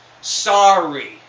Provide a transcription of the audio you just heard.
Sorry